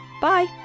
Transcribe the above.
Bye